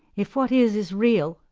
if what is is real,